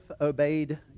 obeyed